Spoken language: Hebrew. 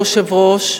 כבוד היושב-ראש,